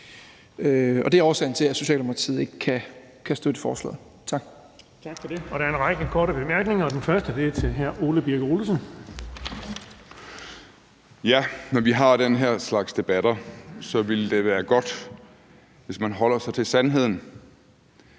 det er årsagen til, at Socialdemokratiet ikke kan støtte forslaget.